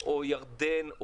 ירדן,